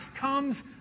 comes